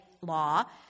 Law